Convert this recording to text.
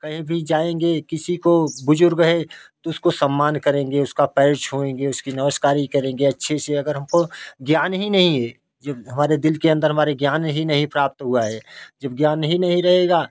कहीं भी जाएँगे किसी को बुज़ुर्ग है तो उसको सम्मान करेंगे उसका पैर छूएँगे उसकी नमस्कारी करेंगे अच्छे से अगर हमको ज्ञान ही नहीं है जब हमारे दिल के अंदर हमारे ज्ञान ही नहीं प्राप्त हुआ है जब ज्ञान ही नहीं रहेगा